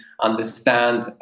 understand